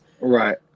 Right